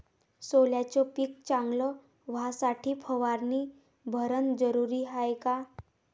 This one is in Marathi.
सोल्याचं पिक चांगलं व्हासाठी फवारणी भरनं जरुरी हाये का?